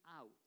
out